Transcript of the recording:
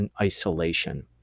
Isolation